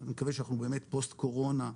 אני מקווה שאנחנו באמת פוסט קורונה,